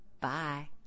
Bye